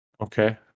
Okay